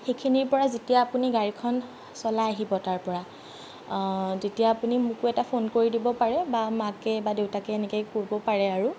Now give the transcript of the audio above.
সেইখিনিৰ পৰা যেতিয়া আপুনি গাড়ীখন চলাই আহিব তাৰ পৰা তেতিয়া আপুনি মোকো এটা ফোন কৰি দিব পাৰে বা মাকে বা দেউতাকে এনেকৈ কৰিব পাৰে আৰু